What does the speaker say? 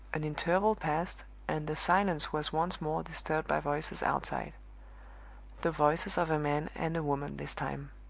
an interval passed, and the silence was once more disturbed by voices outside the voices of a man and a woman this time.